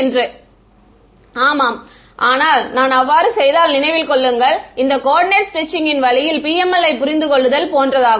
மாணவர் ஆமாம் ஆனால் நான் அவ்வாறு செய்தால் நினைவில் கொள்ளுங்கள் இந்த கோஓர்டினேட் ஸ்ட்ரெட்சிங்கின் வழியில் PML யை புரிந்து கொள்ளுதல் போன்றதாகும்